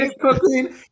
cooking